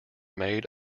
made